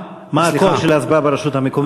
מה הכוח של ההצבעה ברשות המקומית.